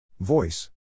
Voice